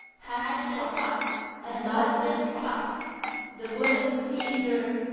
passion-fraught and love-distraught the woman's eager,